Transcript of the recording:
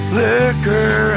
liquor